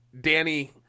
Danny